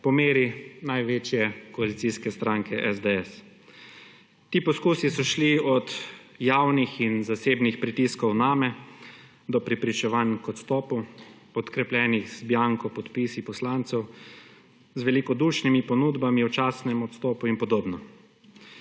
po meri največje koalicijske stranke SDS. Ti poskusi so šli od javnih in zasebnih pritiskov name do prepričevanj k odstopu podkrepljeni z bianco podpisi poslancev z velikodušnimi ponudbami o častnem odstopu in podobno.